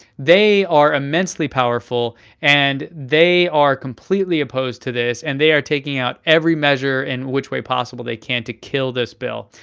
they are immensely powerful and they are completely opposed to this, and they are taking out every measure every and which way possible they can to kill this bill.